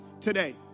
today